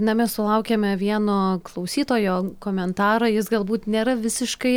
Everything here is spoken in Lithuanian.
na mes sulaukėme vieno klausytojo komentaro jis galbūt nėra visiškai